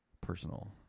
personal